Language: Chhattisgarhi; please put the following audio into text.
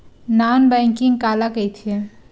नॉन बैंकिंग काला कइथे?